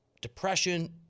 depression